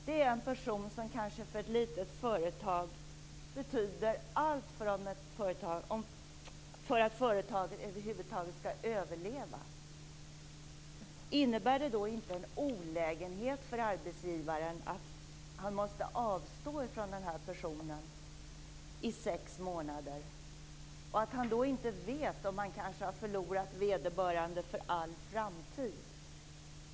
Det är kanske en person som för ett litet företag betyder allt för att företaget över huvud taget skall överleva. Innebär det då inte en olägenhet för arbetsgivaren att han måste avstå från den här personen i sex månader och att han då inte vet om han kanske har förlorat vederbörande för all framtid?